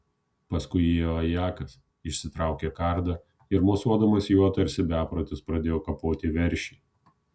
paskui įėjo ajakas išsitraukė kardą ir mosuodamas juo tarsi beprotis pradėjo kapoti veršį